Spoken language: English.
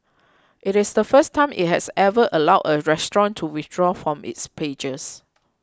it is the first time it has ever allowed a restaurant to withdraw from its pages